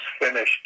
finished